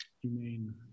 humane